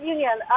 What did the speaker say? Union